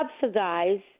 subsidize